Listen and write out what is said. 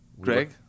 Greg